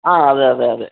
ആ അതെ അതെ അതെ